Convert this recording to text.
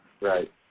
Right